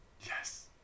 Yes